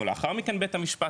או לאחר מכן בית המשפט,